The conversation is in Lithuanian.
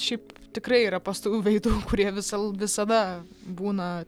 šiaip tikrai yra pastovių veidų kurie visal visada būna